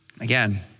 Again